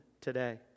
today